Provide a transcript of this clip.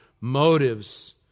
motives